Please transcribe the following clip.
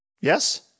Yes